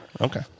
Okay